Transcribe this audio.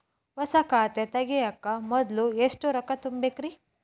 ಹೊಸಾ ಖಾತೆ ತಗ್ಯಾಕ ಮೊದ್ಲ ಎಷ್ಟ ರೊಕ್ಕಾ ತುಂಬೇಕ್ರಿ?